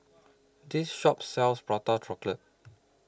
This Shop sells Prata Chocolate